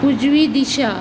उजवी दिशा